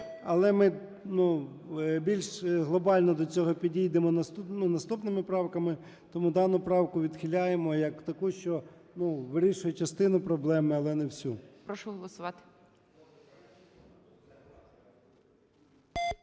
але ми, ну, більш глобально до цього підійдемо наступними правками. Тому дану правку відхиляємо як таку, що, ну, вирішує частину проблеми, але не всю.